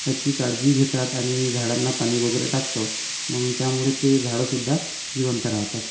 ह्याची काळजी घेतात आणि झाडांना पाणी वगैरे टाकतात त्यामुळे ते झाडंसुद्धा जिवंत राहतात